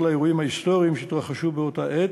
לאירועים ההיסטוריים שהתרחשו באותה העת.